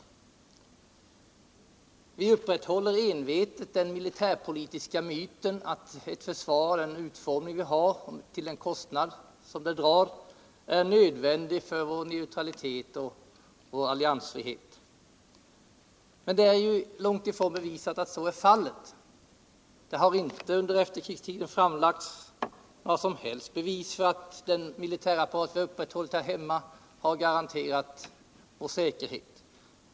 Envetet upprätthåller vi den militärpolitiska myten att ett försvar med den utformning det svenska har och med den kostnad det drar är nödvändigt för vår neutralitet och alliansfrihet. Det är emellertid långt ifrån bevisat att så är fallet. Under efterkrigstiden har det inte framlagts några som helst bevis för att vår militärapparat har garanterat vår säkerhet.